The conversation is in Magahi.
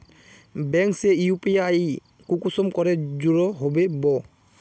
बैंक से यु.पी.आई कुंसम करे जुड़ो होबे बो?